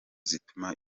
zituma